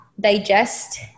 digest